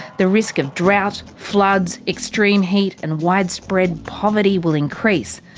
the risk of drought, floods, extreme heat, and widespread poverty will increase.